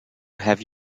have